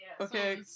Okay